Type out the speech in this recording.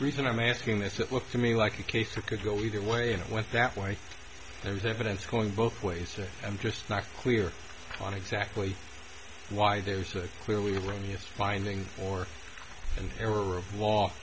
reason i'm asking this it looks to me like a case it could go either way and it went that way there's evidence going both ways i'm just not clear on exactly why there's a clearly when he is finding or an error of law